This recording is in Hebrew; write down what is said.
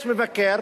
יש מבקר